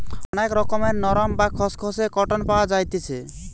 অনেক রকমের নরম, বা খসখসে কটন পাওয়া যাইতেছি